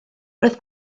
roedd